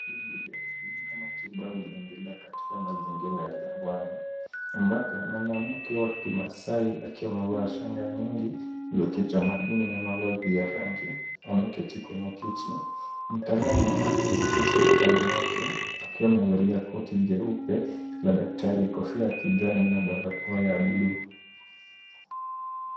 Shughuli ya matibabu inaendelea katika mazingira ya jangwani ambapo mwanamke wa Kimaasai akiwa amevaa shanga nyingi za kitamaduni na mavazi ya rangi ameketi kwenye kiti. Mtaalamu wa afya ameketi kando yake akiwa amevalia koti jeupe la daktari na kofia ya kijani na barakoa ya buluu.